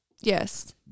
Yes